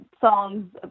songs